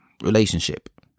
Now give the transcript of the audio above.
relationship